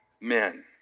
men